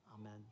Amen